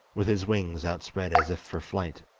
with his wings outspread as if for flight.